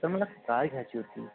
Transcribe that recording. sir मला car घ्यायची होती